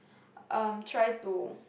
um try to